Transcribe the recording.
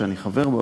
שאני חבר בה,